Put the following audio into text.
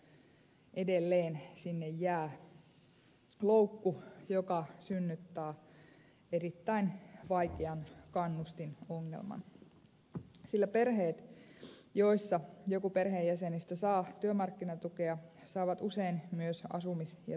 mutta edelleen sinne jää loukku joka synnyttää erittäin vaikean kannustinongelman sillä perheet joissa joku perheenjäsenistä saa työmarkkinatukea saavat usein myös asumis ja toimeentulotukea